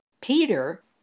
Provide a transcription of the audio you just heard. Peter